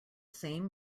same